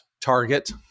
Target